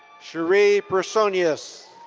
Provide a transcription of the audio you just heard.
shari personez.